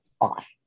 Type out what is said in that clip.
off